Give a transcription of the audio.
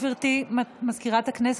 גברתי סגנית מזכירת הכנסת,